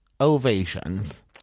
ovations